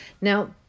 Now